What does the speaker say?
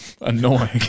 annoying